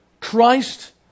Christ